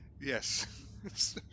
Yes